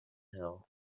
hill